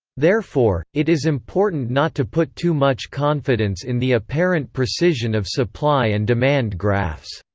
therefore, it is important not to put too much confidence in the apparent precision of supply and demand graphs.